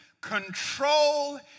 control